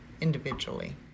individually